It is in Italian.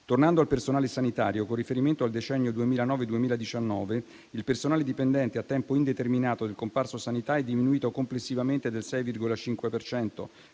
Tornando al personale sanitario, con riferimento al decennio 2009-2019, il personale dipendente a tempo indeterminato del comparto sanità è diminuito complessivamente del 6,5